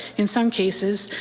in some cases,